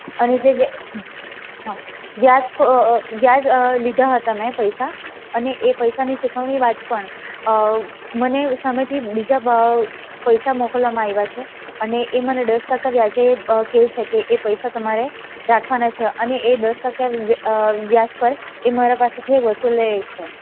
અને જો હા વ્યાજ વ્યાજે લીધા હતા મેં પૈસા અને એ પૈસાની ચુકવણી બાદ પણ મને સામેથી બીજા પૈસા મોકલવામાં આઇવા છે એ મને દસ ટકા વ્યાજે એ કે છે એ પૈસા તમારે રાખવાના છે અને એ દસ ટકા એ વ્યાજ પર મારા પાસેથી વસુલે છે